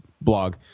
blog